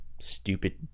stupid